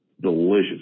Delicious